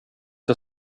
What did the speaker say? jag